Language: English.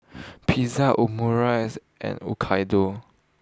Pizza Omurice and Dhokla